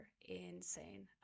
insane